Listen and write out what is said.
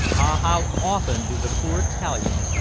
ah, how often do the poor italians,